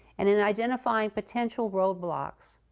and in identifying potential roadblocks,